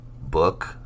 book